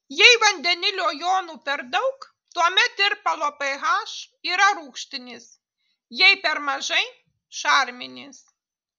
jei vandenilio jonų per daug tuomet tirpalo ph yra rūgštinis jei per mažai šarminis